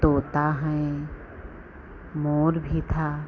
तोता हैं मोर भी था